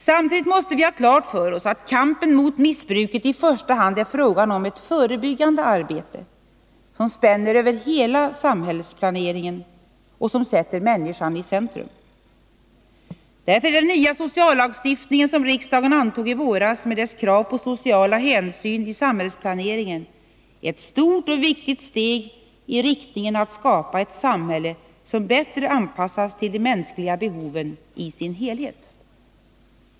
Samtidigt måste vi ha klart för oss att kampen mot missbruket i första hand är frågan om ett förebyggande arbete som spänner över hela samhällsfältet och som sätter människan i centrum. Därför är den nya sociallagstiftningen som riksdagen antog i våras med dess krav på sociala hänsyn i samhällsplaneringen ett stort och viktigt steg i riktning mot att skapa ett samhälle som bättre anpassas till de mänskliga behoven.